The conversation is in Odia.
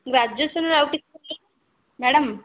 ଗ୍ରାଜୁଏସନ୍ରେ ଆଉ କିଛି ମ୍ୟାଡ଼ାମ୍